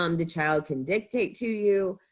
um the child can dictate to you.